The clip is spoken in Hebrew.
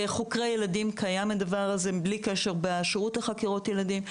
לחוקרי ילדים הדבר הזה קיים בלי קשר בשירות לחקירות ילדים.